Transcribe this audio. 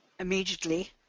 immediately